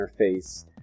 interface